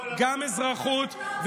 גם אזרחות,